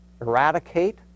eradicate